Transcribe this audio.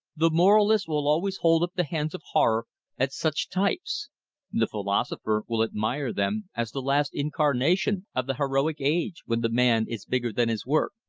the moralists will always hold up the hands of horror at such types the philosopher will admire them as the last incarnation of the heroic age, when the man is bigger than his work.